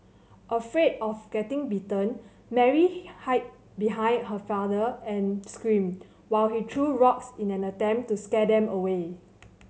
afraid of getting bitten Mary hid behind her father and screamed while he threw rocks in an attempt to scare them away